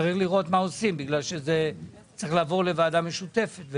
צריך לראות מה עושים בגלל שזה צריך לעבור לוועדה משותפת,